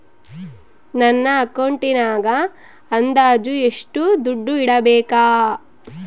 ನನ್ನ ಅಕೌಂಟಿನಾಗ ಅಂದಾಜು ಎಷ್ಟು ದುಡ್ಡು ಇಡಬೇಕಾ?